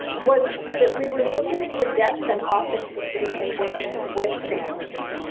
was that we were looking for depth and authenticity in working with families.